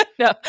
No